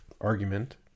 argument